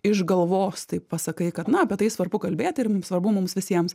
iš galvos taip pasakai kad na apie tai svarbu kalbėti ir svarbu mums visiems